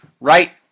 right